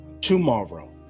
tomorrow